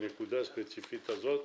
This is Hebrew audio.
את הנקודה הספציפית הזאת,